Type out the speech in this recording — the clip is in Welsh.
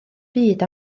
byd